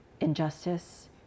injustice